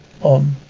On